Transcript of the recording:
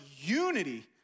unity